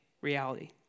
reality